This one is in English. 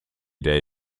day